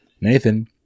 Nathan